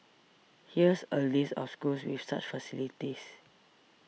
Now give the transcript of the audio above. here's a list of schools with such facilities